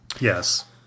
Yes